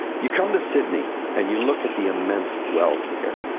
you come to sydney and you look at the immense wealth here.